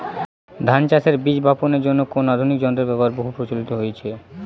ধান চাষের বীজ বাপনের জন্য কোন আধুনিক যন্ত্রের ব্যাবহার বহু প্রচলিত হয়েছে?